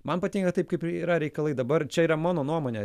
man patinka taip kaip ir yra reikalai dabar čia yra mano nuomonė